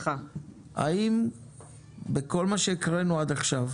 האם בכל מה שהקראנו עד עכשיו,